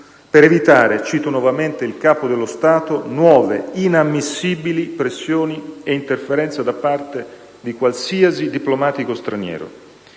per evitare - cito nuovamente il Capo dello Stato - nuove inammissibili pressioni ed interferenze da parte di qualsiasi diplomatico straniero.